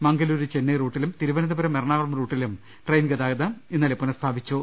മംഗലൂരു ചെന്നൈ റൂട്ടിലും തിരുവ്നന്തപുരം എറണാകുളം റൂട്ടിലും ട്രെയിൻ ഗതാഗതം ഇന്നലെ പുനസ്ഥാപിച്ചു